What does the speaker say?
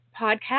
podcast